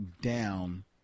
down